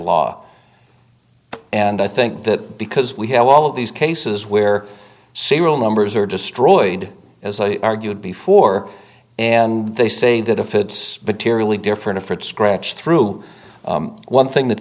law and i think that because we have all of these cases where serial numbers are destroyed as i argued before and they say that if it's materially different from scratch through one thing that